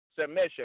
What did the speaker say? submission